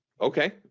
Okay